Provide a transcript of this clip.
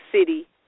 city